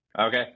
Okay